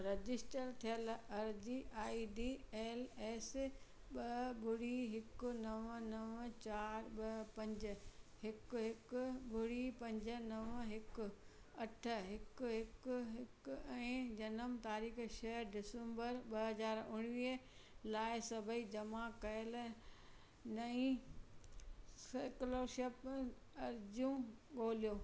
register थियल अर्ज़ी ID L S ॿ ॿुड़ी हिकु नव नव चारि ॿ पंज हिकु हिकु ॿुड़ी पंज नव हिकु अठ हिकु हिकु हिकु ऐं जनमु तारीख़ छह डिसेम्बर ॿ हज़ार उणिवीह लाइ सभई जमा कयल नई सैक्लोशिप अरर्ज़ियूं ॻोल्हियो